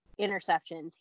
interceptions